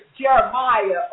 Jeremiah